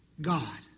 God